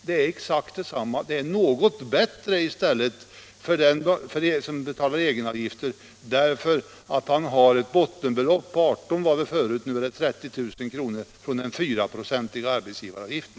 Det är tvärtom något bättre för den som betalar egenavgifter, eftersom han tidigare hade 18 000 kr. och numera har 30 000 kr. som är undantagna från den fyraprocentiga arbetsgivaravgiften.